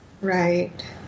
Right